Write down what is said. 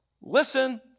Listen